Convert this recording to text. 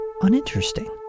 uninteresting